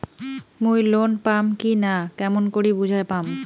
মুই লোন পাম কি না কেমন করি বুঝা পাম?